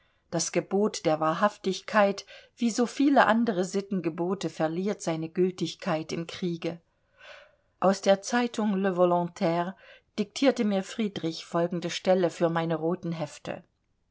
das gebot der wahrhaftigkeit wie so viele andere sittengebote verliert seine gültigkeit im kriege aus der zeitung le volontaire diktierte mir friedrich folgende stelle für meine roten hefte